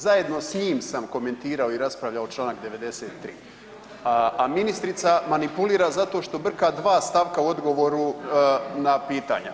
Zajedno s njim sam komentirao i raspravljalo čl. 93., a ministrica manipulira zato što brka dva stavka u odgovoru na pitanja.